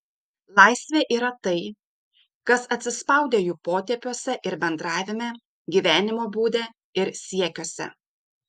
laisvė yra tai kas atsispaudę jų potėpiuose ir bendravime gyvenimo būde ir siekiuose